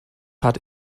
hat